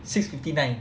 six fifty nine